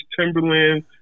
Timberland